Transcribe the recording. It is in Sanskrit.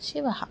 शिवः